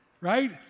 right